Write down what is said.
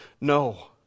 No